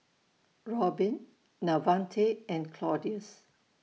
Robyn Davante and Claudius